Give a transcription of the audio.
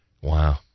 Wow